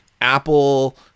Apple